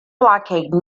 blockade